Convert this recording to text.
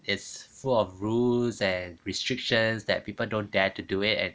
it's full of rules and restrictions that people don't dare to do it and